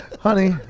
honey